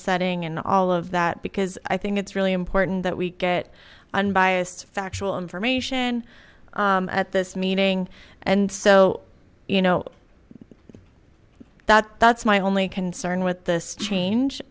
setting and all of that because i think it's really important that we get unbiased factual information at this meeting and so you know that that's my only concern with this change